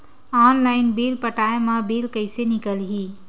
Online bill पटाय मा bill कइसे निकलही?